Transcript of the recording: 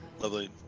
lovely